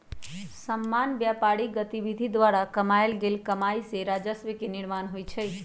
सामान्य व्यापारिक गतिविधि द्वारा कमायल गेल कमाइ से राजस्व के निर्माण होइ छइ